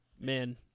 Man